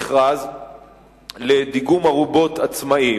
היא פרסום מכרז לדיגום ארובות עצמאי.